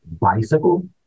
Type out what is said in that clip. bicycle